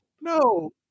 No